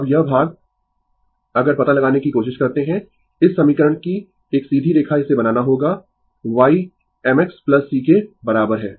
अब यह भाग अगर पता लगाने की कोशिश करते है इस समीकरण की एक सीधी रेखा इसे बनाना होगा y m x c के बराबर है